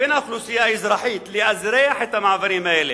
לבין האוכלוסייה האזרחית, לאזרח את המעברים האלה,